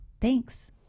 Thanks